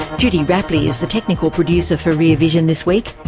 judy rapley is the technical producer for rear vision this week.